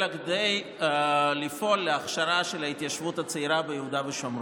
אלא כדי לפעול להכשרה של ההתיישבות הצעירה ביהודה ושומרון.